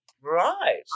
Right